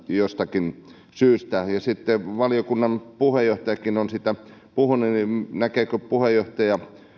jostakin syystä pidettäisiin suomessa ja kun valiokunnan puheenjohtajakin on siitä puhunut niin näkeekö puheenjohtaja